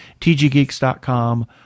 tggeeks.com